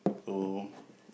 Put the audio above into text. so